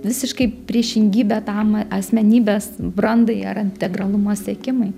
visiškai priešingybę tam asmenybės brandai ar integralumo siekimui